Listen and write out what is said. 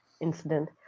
incident